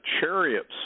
chariots